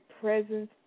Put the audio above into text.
presence